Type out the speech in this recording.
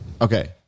Okay